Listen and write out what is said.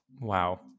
wow